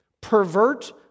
pervert